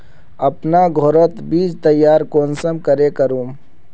अपना घोरोत बीज तैयार कुंसम करे करूम?